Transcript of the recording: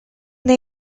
they